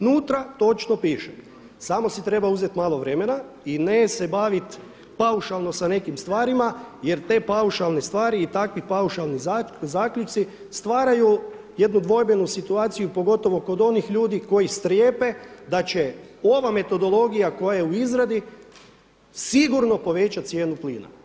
Unutra točno piše, samo si treba uzeti malo vremena i ne se baviti paušalno sa nekim stvarima jer te paušalne stvari i takvi paušalni zaključci stvaraju jednu dvojbenu situaciju pogotovo kod onih ljudi koji strepe da će ova metodologija koja je u izradi sigurno povećati cijenu plina.